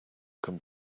can